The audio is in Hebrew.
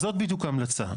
זאת בדיוק ההמלצה.